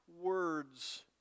words